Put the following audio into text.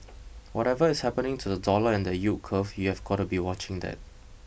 whatever is happening to the dollar and the yield curve you've got to be watching that